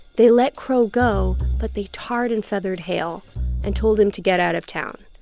they let crough go, but they tarred and feathered hale and told him to get out of town.